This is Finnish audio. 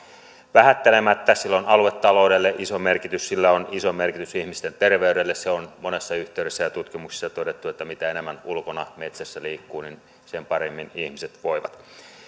vähättelemättä sillä on aluetaloudelle iso merkitys sillä on iso merkitys ihmisten terveydelle se on monessa yhteydessä ja tutkimuksessa jo todettu että mitä enemmän ulkona metsässä liikkuu niin sen paremmin ihmiset voivat